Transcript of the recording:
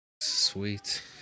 Sweet